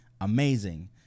amazing